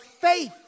faith